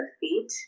feet